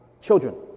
children